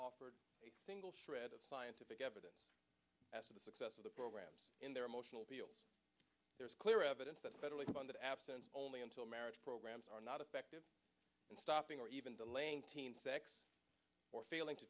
offered a single shred of scientific evidence as to the success of the programs in their emotional appeals there's clear evidence that federally funded abstinence only until marriage programs are not effective in stopping or even delaying teen sex or failing to